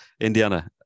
Indiana